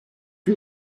you